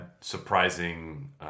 surprising